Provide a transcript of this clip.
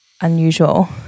unusual